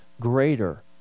greater